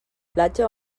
platja